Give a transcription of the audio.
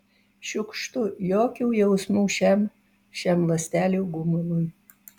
šiukštu jokių jausmų šiam šiam ląstelių gumului